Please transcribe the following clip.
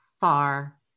far